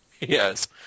Yes